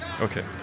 Okay